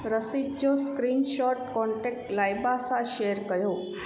रसीद जो screenshot contact लाइबा सां शेयर कयो